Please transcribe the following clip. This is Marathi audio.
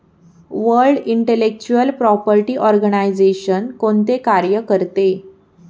वर्ल्ड इंटेलेक्चुअल प्रॉपर्टी आर्गनाइजेशन कोणते कार्य करते?